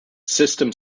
system